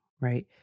right